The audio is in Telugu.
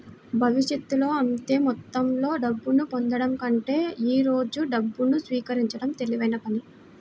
భవిష్యత్తులో అంతే మొత్తంలో డబ్బును పొందడం కంటే ఈ రోజు డబ్బును స్వీకరించడం తెలివైన పని